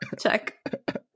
check